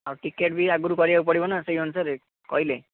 ଆଉ ଟିକେଟ୍ ବି ଆଗରୁ କରିବାକୁ ପଡ଼ିବ ନା ସେଇ ଅନୁସାରେ କହିଲେ